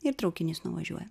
ir traukinys nuvažiuoja